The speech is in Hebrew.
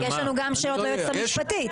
יש לנו גם שאלות ליועצת המשפטית.